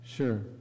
Sure